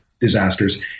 disasters